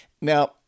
Now